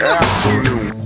afternoon